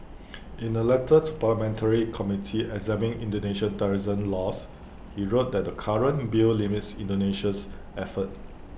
in A letter to parliamentary committee examining Indonesia's terrorism laws he wrote that the current bill limits Indonesia's efforts